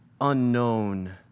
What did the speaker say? unknown